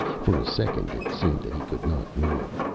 for a second it seemed that he could not move.